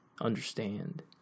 understand